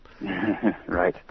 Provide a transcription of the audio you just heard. Right